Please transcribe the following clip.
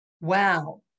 Wow